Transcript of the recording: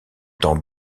temps